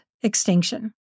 Extinction